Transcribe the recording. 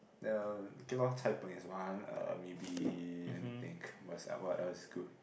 uh okay lor Cai-Peng is one uh maybe let me think what else is good